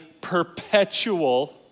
perpetual